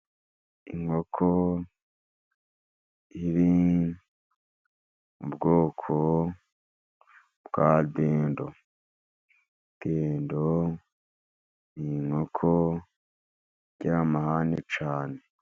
Inkoko iri mu bwoko bwa dendo , dendo n'inkoko igira amahane cyane.